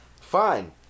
Fine